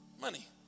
money